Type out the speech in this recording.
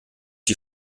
die